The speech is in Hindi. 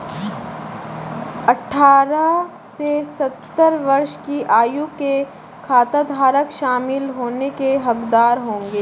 अठारह से सत्तर वर्ष की आयु के खाताधारक शामिल होने के हकदार होंगे